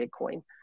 Bitcoin